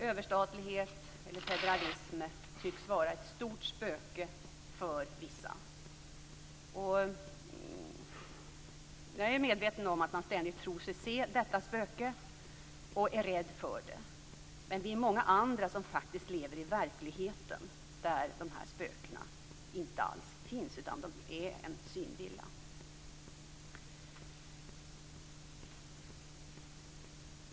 Överstatlighet eller federalism tycks vara ett stort spöke för vissa. Jag är medveten om att man ständigt tror sig se detta spöke och är rädd för det. Men vi andra lever i verkligheten där dessa spöken inte alls finns. Det är en synvilla.